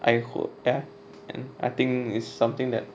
I hope ya and I think it's something that